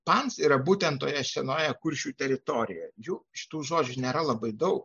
pans yra būtent toje senoje kuršių teritorijoje jų šitų žodžių nėra labai daug